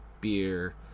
beer